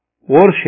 Worship